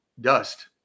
dust